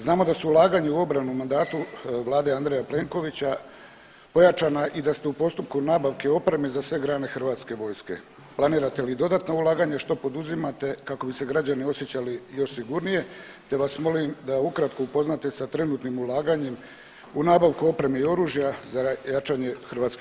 Znamo da su ulaganja u obranu u mandatu Vlade Andreja Plenkovića pojačana i da ste u postupku nabavke opreme za sve grane HV-a, planirate li i dodatna ulaganja i što poduzimate kako bi se građani osjećali još sigurnije, te vas molim da ukratko upoznate sa trenutnim ulaganjem u nabavku opreme i oružja za jačanje HV-a.